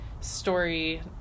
story